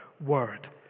word